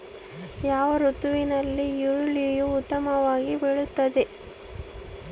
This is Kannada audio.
ಯಾವ ಋತುವಿನಲ್ಲಿ ಈರುಳ್ಳಿಯು ಉತ್ತಮವಾಗಿ ಬೆಳೆಯುತ್ತದೆ?